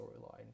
storyline